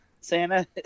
Santa